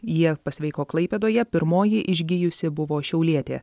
jie pasveiko klaipėdoje pirmoji išgijusi buvo šiaulietė